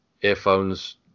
earphones